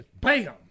Bam